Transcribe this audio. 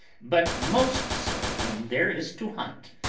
but most so when there is to hunt,